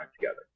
together